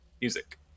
music